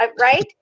right